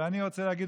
אבל אני רוצה להגיד,